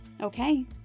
Okay